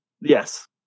Yes